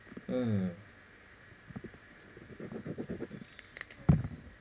mm